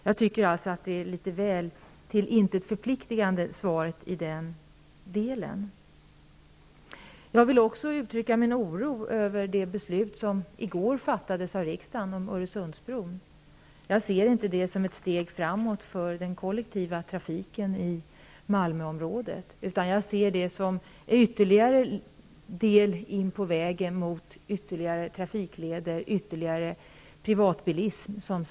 Jag tycker att svaret är litet väl till intet förpliktigande i den delen. Jag vill också uttrycka min oro över det beslut som i går fattades i fråga om Öresundsbron. Jag ser inte det som ett steg framåt för den kollektiva trafiken i Malmöområdet, utan jag ser det som ännu en bit på väg mot ytterligare trafikleder och ytterligare privatbilism.